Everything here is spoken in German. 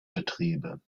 betriebe